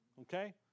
Okay